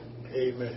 Amen